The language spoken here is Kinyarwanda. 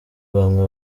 bamwe